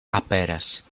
aperas